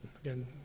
Again